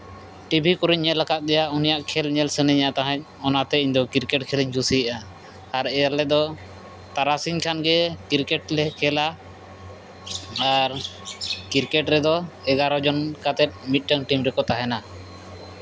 TV ᱠᱚᱨᱮᱧ ᱧᱮᱞ ᱠᱟᱫᱮᱭᱟ ᱩᱱᱤᱭᱟᱜ ᱠᱷᱮᱞ ᱧᱮᱞ ᱥᱟᱱᱟᱧᱟ ᱛᱟᱦᱮᱸᱫ ᱚᱱᱟᱛᱮ ᱤᱧᱫᱚ ᱠᱨᱤᱠᱮᱴ ᱠᱷᱮᱞᱤᱧ ᱠᱩᱥᱤᱭᱟᱜᱼᱟ ᱟᱨ ᱟᱞᱮᱫᱚ ᱛᱟᱨᱟᱥᱤᱧ ᱠᱷᱟᱱᱜᱮ ᱠᱨᱤᱠᱮᱴ ᱞᱮ ᱠᱷᱮᱞᱟ ᱟᱨ ᱠᱨᱤᱠᱮᱴ ᱨᱮᱫᱚ ᱮᱜᱟᱨᱳ ᱡᱚᱱ ᱠᱟᱛᱮᱫ ᱢᱤᱫᱴᱟᱱ ᱴᱤᱢ ᱨᱮᱠᱚ ᱛᱟᱦᱮᱱᱟ